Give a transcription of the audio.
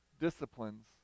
disciplines